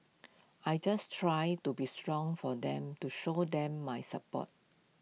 I just try to be strong for them to show them my support